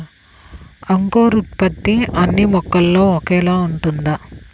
అంకురోత్పత్తి అన్నీ మొక్కలో ఒకేలా ఉంటుందా?